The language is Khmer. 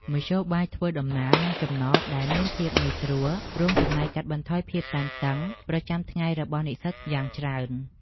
មធ្យោបាយធ្វើដំណើរនិងចំណតដែលមានភាពងាយស្រួលរួមចំណែកកាត់បន្ថយភាពតានតឹងប្រចាំថ្ងៃរបស់និស្សិតយ៉ាងច្រើន។